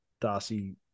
Darcy